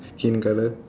skin colour